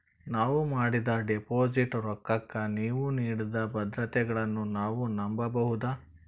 ನಾವು ಮಾಡಿದ ಡಿಪಾಜಿಟ್ ರೊಕ್ಕಕ್ಕ ನೀವು ನೀಡಿದ ಭದ್ರತೆಗಳನ್ನು ನಾವು ನಂಬಬಹುದಾ?